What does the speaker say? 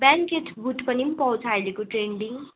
blanket boot पनि पाउँछ अहिलेको ट्रेन्डिङ